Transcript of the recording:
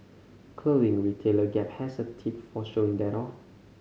clothing retailer Gap has a tip for showing that off